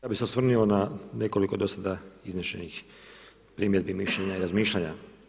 Ja bih se osvrnuo na nekoliko do sada iznešenih primjedbi, mišljenja i razmišljanja.